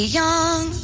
young